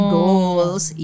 goals